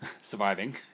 surviving